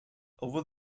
over